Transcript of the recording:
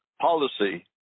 policy